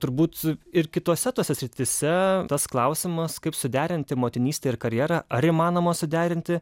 turbūt ir kitose tose srityse tas klausimas kaip suderinti motinystę ir karjerą ar įmanoma suderinti